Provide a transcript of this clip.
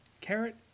carrot